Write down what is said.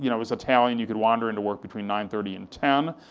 you know it was italian, you could wander into work between nine thirty and ten.